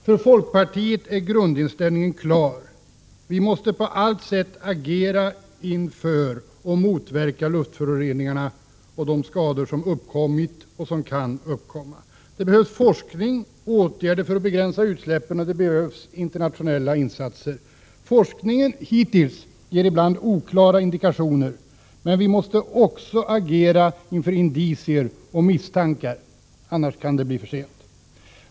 För folkpartiet är grundinställningen klar: Vi måste på allt sätt motverka luftföroreningarna och vidta åtgärder mot de skador som uppstått och med tanke på dem som kan komma att uppstå. Det behövs forskning och åtgärder för att begränsa utsläppen, och det behövs internationella insatser. Forskningen har hittills ibland givit oklara indikationer, men vi måste också agera med anledning av indicier och misstankar. Annars kan det bli för sent.